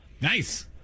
Nice